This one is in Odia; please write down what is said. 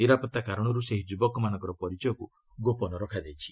ନିରାପତ୍ତା କାରଣରୁ ସେହି ଯୁବକମାନଙ୍କ ପରିଚୟକ୍ତ ଗୋପନ ରଖାଯାଇଛି